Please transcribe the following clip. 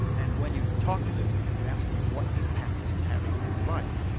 and when you talk to them and you ask them what impact this is having on their life,